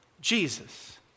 Jesus